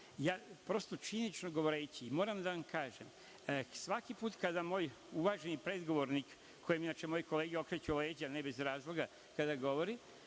činjenično govoreći, moram da vam kažem, svaki put kada moj uvaženi predgovornik, kome inače moje kolege okreću leđa, ne bez razloga kada govori,